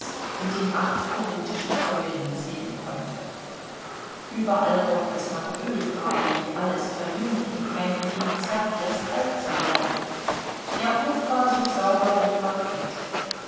mit den acht korinthischen säulen sehen konnte überall roch es nach ölfarbe die alles verjüngt und keinem ding zeit läßt alt zu werden der hof war so sauber wie parkett